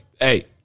Hey